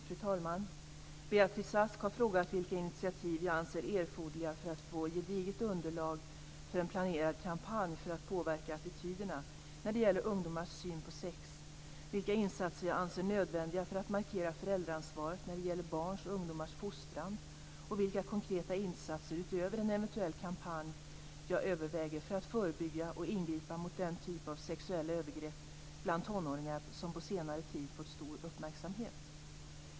Fru talman! Beatrice Ask har frågat vilka initiativ jag anser erforderliga för att få gediget underlag för en planerad kampanj för att påverka attityderna när det gäller ungdomars syn på sex, vilka insatser jag anser nödvändiga för att markera föräldraansvaret när det gäller barns och ungdomars fostran och vilka konkreta insatser utöver en eventuell kampanj jag överväger för att förebygga och ingripa mot den typ av sexuella övergrepp bland tonåringar som på senare tid fått stor uppmärksamhet.